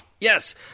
yes